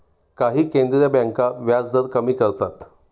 काही केंद्रीय बँका व्याजदर कमी करतात